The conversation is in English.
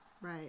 Right